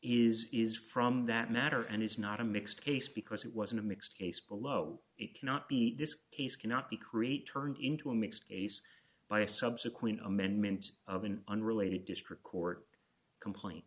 is is from that matter and is not a mixed case because it wasn't a mixed case below it cannot be this case cannot be create turned into a mixed case by a subsequent amendment of an unrelated district court complain